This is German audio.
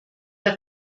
der